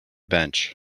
bench